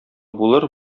булыр